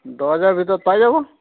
দহ হেজাৰৰ ভিতৰত পাই যাব